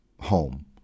home